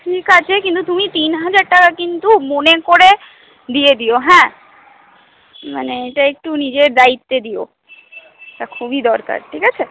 ঠিক আছে কিন্তু তুমি তিন হাজার টাকা কিন্তু মনে করে দিয়ে দিও হ্যাঁ মানে এইটা একটু নিজের দায়িত্বে দিও এ এইটা খুবই দরকার ঠিক আছে